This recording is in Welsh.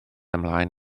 ymlaen